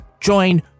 join